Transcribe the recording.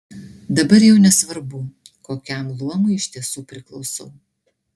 dabar jau nesvarbu kokiam luomui iš tiesų priklausau